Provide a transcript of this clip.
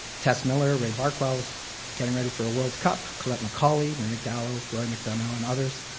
tess miller, ray barkwell, getting ready for a world cup, collette mccauley, mary gallow, roy mcdunnel and others.